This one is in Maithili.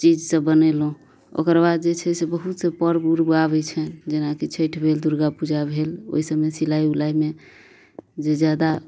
चीज सब बनेलहुॅं ओकर बाद जे छै से बहुत से पर्व उर्व आबै छनि जेनाकि छठि भेल दुर्गा पूजा भेल ओहि सबमे सिलाइ उलाइमे जे जादा